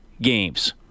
games